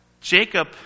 Jacob